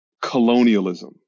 colonialism